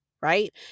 right